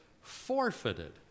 forfeited